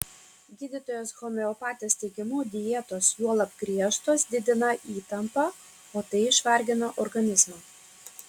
gydytojos homeopatės teigimu dietos juolab griežtos didina įtampą o tai išvargina organizmą